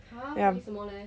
yup